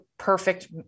perfect